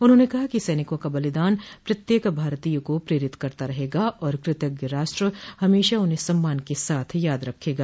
उन्होंने कहा कि सैनिकों का बलिदान प्रत्येक भारतीय को प्रेरित करता रहेगा और कृतज्ञ राष्ट्र हमेशा उन्हें सम्मान के साथ याद रखेगा